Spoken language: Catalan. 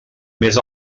més